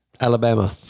Alabama